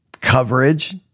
coverage